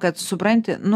kad supranti nu